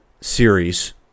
series